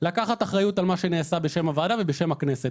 לקחת אחריות על מה שנעשה בשם הוועדה ובשם הכנסת.